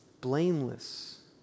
Blameless